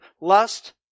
lust